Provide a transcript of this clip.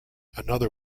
another